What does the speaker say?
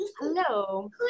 Hello